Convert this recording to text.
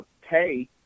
pay